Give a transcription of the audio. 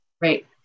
right